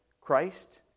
Christ